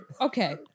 Okay